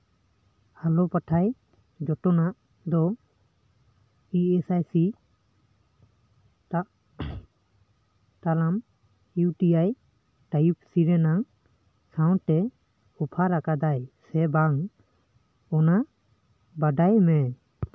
ᱮᱞᱳᱯᱟᱴᱷᱟᱭ ᱡᱚᱛᱚᱱᱟᱜ ᱫᱚ I S I C ᱴᱟᱜ ᱴᱟᱞᱟᱢ ᱤᱭᱩᱴᱤ ᱟᱭ ᱴᱟᱭᱤᱯ ᱥᱤ ᱨᱮᱱᱟᱜ ᱥᱟᱶᱛᱮ ᱚᱯᱷᱟᱨ ᱟᱠᱟᱫᱟᱭ ᱥᱮ ᱵᱟᱝ ᱚᱱᱟ ᱵᱟᱰᱟᱭ ᱢᱮ